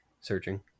searching